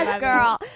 girl